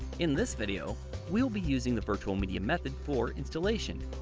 in this video we will be using the virtual media method for installation.